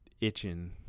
itching